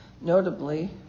notably